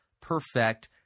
perfect